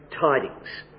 tidings